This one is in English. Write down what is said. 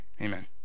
amen